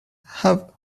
have